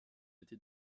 été